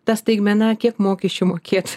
ta staigmena kiek mokesčių mokėt